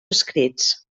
escrits